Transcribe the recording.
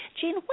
Jean